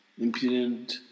impudent